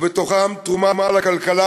ובתוכם תרומה לכלכלה,